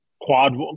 quad